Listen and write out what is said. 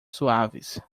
suaves